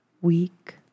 weak